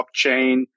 blockchain